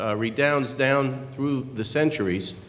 ah redounds down through the centuries,